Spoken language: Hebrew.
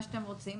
מה שאתם רוצים,